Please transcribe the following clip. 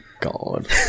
God